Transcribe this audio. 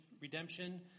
redemption